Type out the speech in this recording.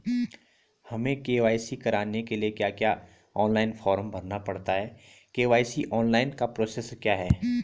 हमें के.वाई.सी कराने के लिए क्या ऑनलाइन फॉर्म भरना पड़ता है के.वाई.सी ऑनलाइन का प्रोसेस क्या है?